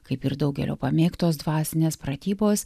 kaip ir daugelio pamėgtos dvasinės pratybos